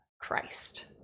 Christ